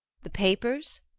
the papers?